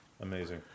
Amazing